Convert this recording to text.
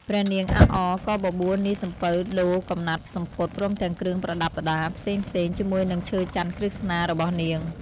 ព្រះនាងអាក់អ ក៏បបួលនាយសំពៅដូរកំណាត់សំពត់ ព្រមទាំងគ្រឿងប្រដាប់ដារផ្សេងៗ ជាមួយនឹងឈើចន្ទន៍ក្រស្នារបស់ព្រះនាង ។